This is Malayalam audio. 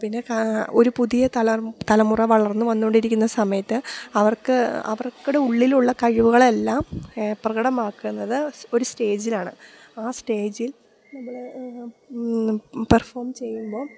പിന്നെ ഫാ ഒരു പുതിയ തലമുറ തലമുറ വളർന്ന് വന്നോണ്ടിരിക്കുന്ന സമയത്ത് അവർക്ക് അവർക്ക്ടെ ഉള്ളിലുള്ള കഴിവുകൾ എല്ലാം പ്രകടമാക്കുന്നത് സ് ഒരു സ്റ്റേജിലാണ് ആ സ്റ്റേജിൽ നമ്മൾ പെർഫോം ചെയ്യുമ്പോൾ